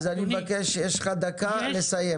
אז אני מבקש יש לך דקה לסיים.